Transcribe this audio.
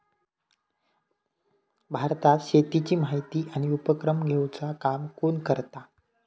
भारतात शेतीची माहिती आणि उपक्रम घेवचा काम कोण करता?